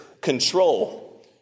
control